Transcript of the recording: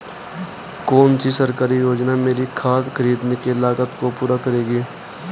कौन सी सरकारी योजना मेरी खाद खरीदने की लागत को पूरा करेगी?